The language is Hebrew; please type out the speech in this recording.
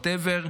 whatever.